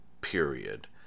period